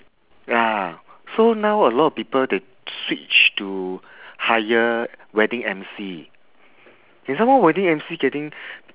ya so now a lot of people they switch to hire wedding emcee and some more wedding emcee getting